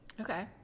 okay